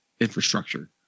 infrastructure